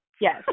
Yes